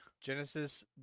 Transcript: Genesis